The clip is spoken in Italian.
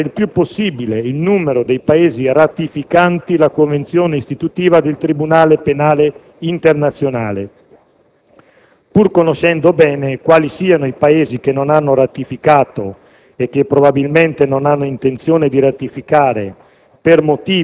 per estendere il più possibile il numero dei Paesi ratificanti la Convenzione istitutiva del Tribunale penale internazionale, pur sapendo bene quali siano gli Stati che non l'hanno ratificata e probabilmente non hanno intenzione di ratificarla